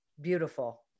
Beautiful